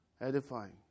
edifying